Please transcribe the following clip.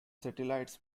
satellites